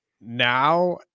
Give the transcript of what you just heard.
now